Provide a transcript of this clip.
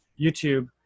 YouTube